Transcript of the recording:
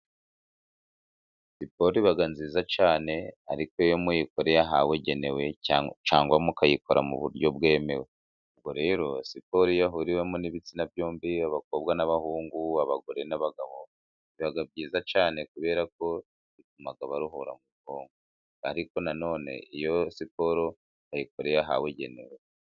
Siporo iba nziza cyane ariko iyo muyikoreye ahawebugenewe cyangwa mukayikora mu buryo bwemewe. Ubwo rero siporo iyo ihuriwemo n'ibitsina byombi abakobwa n'abahungu, abagore n'abagabo biba byiza cyane kubera ko bituma baruhuka mu bwonko ariko nanone iyo siporo wayikoreye ahawebugenewe.